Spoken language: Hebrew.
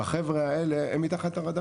החבר'ה האלה הם מתחת לרדאר.